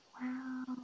Wow